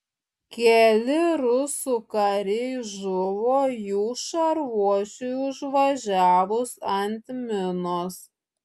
keli rusų kariai žuvo jų šarvuočiui užvažiavus ant minos